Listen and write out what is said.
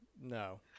No